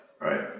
right